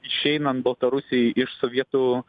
išeinant baltarusijai iš sovietų